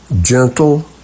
gentle